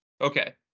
Okay